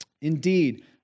Indeed